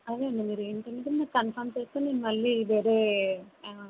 అదే అండి మీరు ఏంటంటే మాకు కన్ఫర్మ్ చేస్తే మీకు మళ్ళీ వేరే